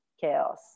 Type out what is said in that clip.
chaos